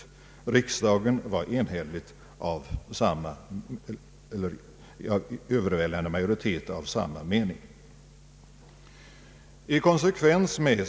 I riksdagen var en övervägande majoritet av samma mening.